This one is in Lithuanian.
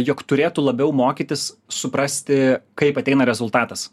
jog turėtų labiau mokytis suprasti kaip ateina rezultatas